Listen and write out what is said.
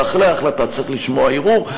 ואחרי ההחלטה צריך לשמוע ערעור.